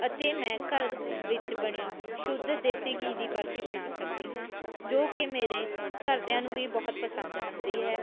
ਅਤੇ ਮੈਂ ਘਰ ਵਿੱਚ ਬਣੀ ਸ਼ੁੱਧ ਦੇਸੀ ਘੀ ਦੀ ਬਰਫੀ ਬਣਾ ਸਕਦੀ ਹਾਂ ਜੋ ਕਿ ਮੇਰੇ ਘਰਦਿਆਂ ਨੂੰ ਵੀ ਬਹੁਤ ਪਸੰਦ ਹੁੰਦੀ ਹੈ